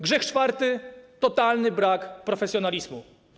Grzech czwarty - totalny brak profesjonalizmu.